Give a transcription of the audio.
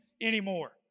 anymore